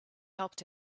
helped